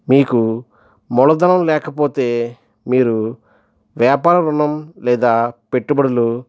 మీకు మూలధనం లేకపోతే మీరు వ్యాపార ఋణం లేదా పెట్టుబడులు